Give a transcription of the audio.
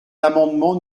l’amendement